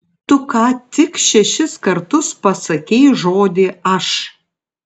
tu ką tik šešis kartus pasakei žodį aš